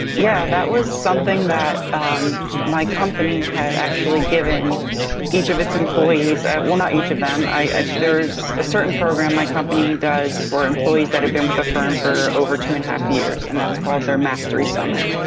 yeah that was something that my company had actually given each of its employees. well, not each of them. there's a certain program my company does for employees that have been with the firm for over two and a half years and that's called their mastery summit.